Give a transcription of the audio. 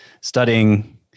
studying